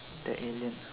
black alien